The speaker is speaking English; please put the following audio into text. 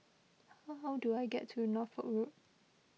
how how do I get to Norfolk Road